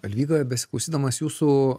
alvyga besiklausydamas jūsų